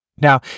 Now